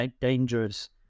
dangerous